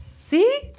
see